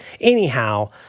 anyhow